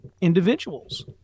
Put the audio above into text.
individuals